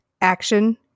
action